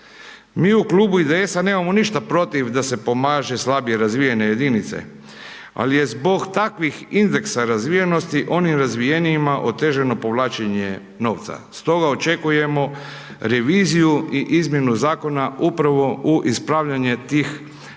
Mi u Klubu IDS-a nemamo ništa protiv da se pomaže slabije razvijenije jedinice, ali je zbog takvih indeksa razvijenosti, onima razvijenijima otežano povlačenje novca. Stoga očekujemo reviziju i izmjene zakona upravo u ispravljanje tih nepravdi